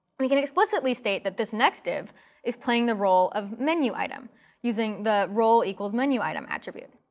we can explicitly state that this next div is playing the role of menu item using the role equals menu item attribute.